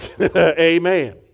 Amen